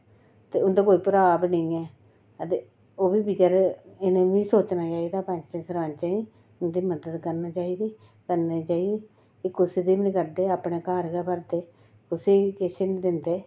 ते उं'दा कोई भ्राऽ बी नेईं ऐ ते ओह्बी बचैरे इ'नें बी सोचना चाहिदा पैंचें सरपैंचें बी उं'दी मदद करना चाहिदी एह् कुसै दी बी निं करदे अपना घर गै भरदे कुसै किश निं दिंदे